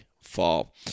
fall